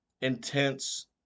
intense